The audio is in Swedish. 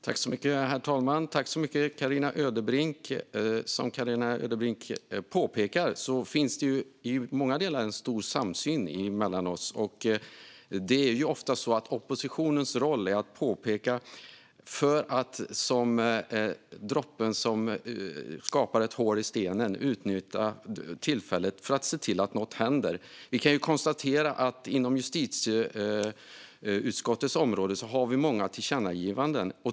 Herr talman! Jag tackar Carina Ödebrink för frågan. Som hon påpekar finns det i många delar en stor samsyn mellan oss. Det är ofta så att oppositionens roll är att påpeka saker och utnyttja tillfället för att se till att något händer - som droppen som urholkar stenen. Vi kan konstatera att vi inom justitieutskottets område har många tillkännagivanden.